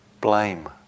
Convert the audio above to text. blame